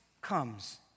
comes